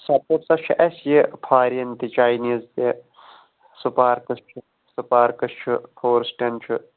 سَپوٹٕسس منٛز چھِ اَسہِ یہِ فارین تہِ چاینیٖز تہِ سُپارکٕس چھِ سُپارکٕس چھُ فورس ٹٮ۪ن چھِ